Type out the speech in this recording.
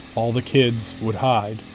all the kids would hide,